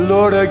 Lord